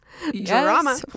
Drama